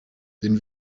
den